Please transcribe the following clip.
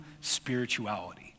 spirituality